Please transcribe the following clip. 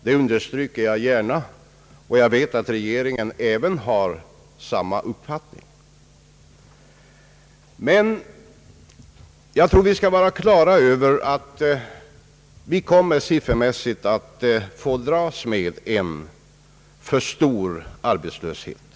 Det understryker jag gärna, och jag vet att även regeringen har samma uppfattning. Vi skall emellertid ha klart för oss, att vi siffermässigt kommer att få dras med en alltför stor arbetslöshet.